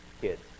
kids